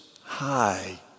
high